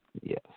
Yes